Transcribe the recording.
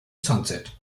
sunset